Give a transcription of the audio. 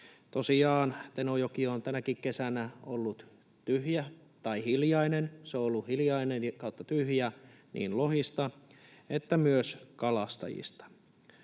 Tosiaan Tenojoki on tänäkin kesänä ollut tyhjä tai hiljainen — se on ollut hiljainen tai tyhjä niin lohista kuin kalastajista.